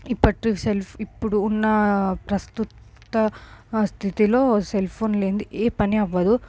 ఇప్పటి cell phone ఇప్పుడు ఉన్న ప్రస్తుత స్థితిలో సెల్ ఫోన్ లేనిదే ఏ పని అవ్వదు